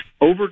Over